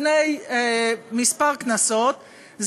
לפני כמה כנסות,